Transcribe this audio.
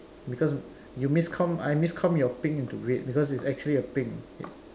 because you miscomm I miscomm your pink into red because it's actually a pink